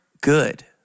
good